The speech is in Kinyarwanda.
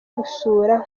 gusura